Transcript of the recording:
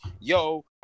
yo